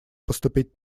поступить